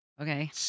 Okay